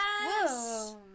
Yes